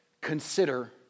Consider